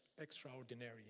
extraordinary